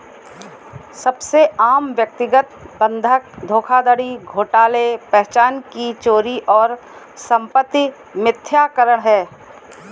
सबसे आम व्यक्तिगत बंधक धोखाधड़ी घोटाले पहचान की चोरी और संपत्ति मिथ्याकरण है